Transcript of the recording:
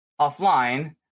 offline